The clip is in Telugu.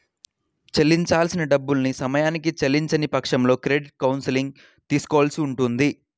చెల్లించాల్సిన డబ్బుల్ని సమయానికి చెల్లించని పక్షంలో క్రెడిట్ కౌన్సిలింగ్ తీసుకోవాల్సి ఉంటది